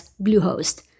Bluehost